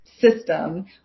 system